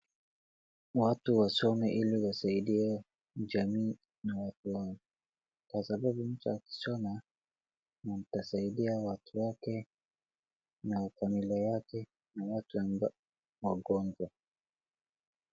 Watu wasome ili wasidie jamii na watu wao kwa sababu mtu akisoma atasaidia watu wake na familia yake na watu ambao ni wagonjwa.